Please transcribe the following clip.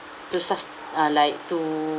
to sus~ uh like to